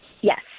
Yes